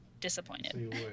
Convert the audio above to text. disappointed